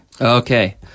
okay